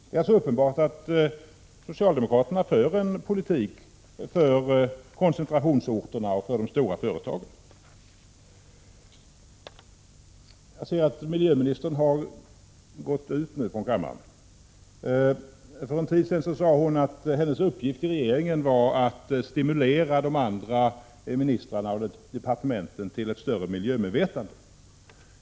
Det är uppenbart att socialdemokraterna för en politik för koncentrationsorterna och för de stora företagen. Jag ser att miljöministern har gått ut ur kammaren. För en tid sedan sade hon att hennes uppgift i regeringen var att stimulera de andra ministrarna och departementen till större miljömedvetande.